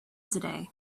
today